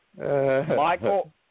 Michael